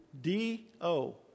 D-O